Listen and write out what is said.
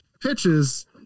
pitches